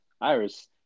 iris